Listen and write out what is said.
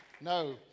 No